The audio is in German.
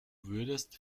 würdest